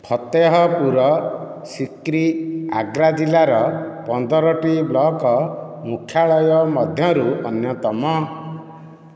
ଫତେହ୍ପୁର ସିକ୍ରି ଆଗ୍ରା ଜିଲ୍ଲାର ପନ୍ଦରଟି ବ୍ଲକ ମୁଖ୍ୟାଳୟ ମଧ୍ୟରୁ ଅନ୍ୟତମ